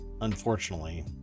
unfortunately